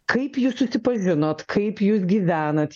kaip jūs susipažinot kaip jūs gyvenat